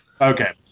Okay